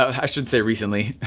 i shouldn't say recently,